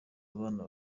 abana